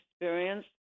experience